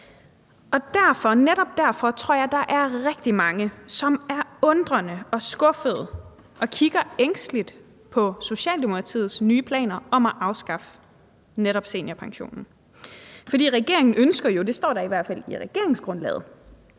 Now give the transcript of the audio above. derfor – tror jeg, at der er rigtig mange, som er undrende og skuffede og kigger ængsteligt på Socialdemokratiets nye planer om at afskaffe netop seniorpensionen. For regeringen ønsker jo – det står der i hvert fald i regeringsgrundlaget